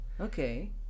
Okay